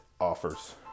offers